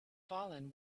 fallen